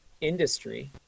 industry